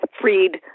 freed